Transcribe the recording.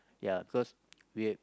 ya cause we